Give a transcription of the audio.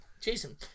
Jason